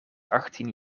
achttien